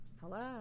Hello